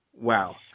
Wow